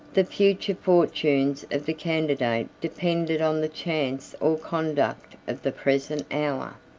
the future fortunes of the candidate depended on the chance or conduct of the present hour.